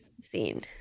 seen